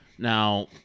Now